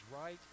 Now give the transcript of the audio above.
right